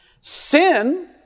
Sin